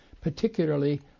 particularly